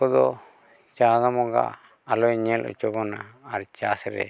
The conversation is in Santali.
ᱠᱚᱫᱚ ᱪᱟᱸᱫᱳ ᱵᱚᱸᱜᱟ ᱟᱞᱚᱭ ᱧᱮᱞ ᱦᱚᱪᱚ ᱵᱚᱱᱟ ᱟᱨ ᱪᱟᱥ ᱨᱮ